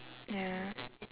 ya